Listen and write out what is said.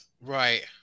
Right